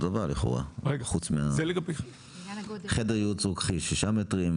דבר לכאורה חוץ מחדר ייעוץ רוקחי שישה מטרים,